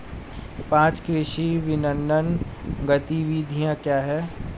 पाँच कृषि विपणन गतिविधियाँ क्या हैं?